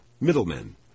Middlemen